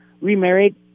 remarried